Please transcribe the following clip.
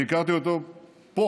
אני הכרתי אותו פה,